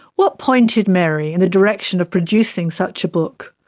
what pointed mary in the direction of producing such a book,